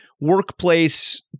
workplace